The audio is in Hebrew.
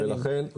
אתה צודק.